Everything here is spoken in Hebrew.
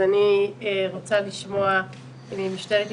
אני רוצה לשמוע את משטרת ישראל.